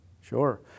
Sure